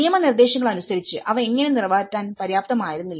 നിയമനിർദ്ദേശങ്ങൾ അനുസരിച്ച് അവ എങ്ങനെ നിറവേറ്റാൻ പര്യാപ്തമായിരുന്നില്ല